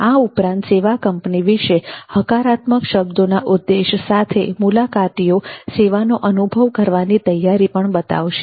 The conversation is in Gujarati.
આ ઉપરાંત સેવા કંપની વિશે હકારાત્મક શબ્દોના ઉદ્દેશ સાથે મુલાકાતીઓ સેવાનો અનુભવ કરવાની તૈયારી પણ બતાવશે